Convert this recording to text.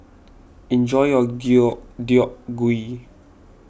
enjoy your Deodeok Gui